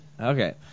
Okay